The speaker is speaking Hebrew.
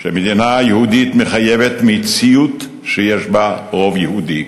שמדינה יהודית מחייבת מציאות שיש בה רוב יהודי.